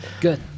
Good